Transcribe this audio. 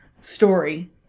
Story